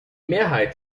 mehrheit